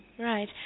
Right